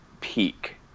peak